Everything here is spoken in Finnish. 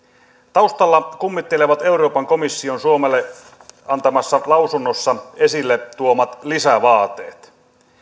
taustalla kummittelevat euroopan komission suomelle antamassaan lausunnossa esille tuomat lisävaateet